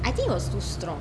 I think it was too strong